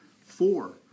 four